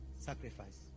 Sacrifice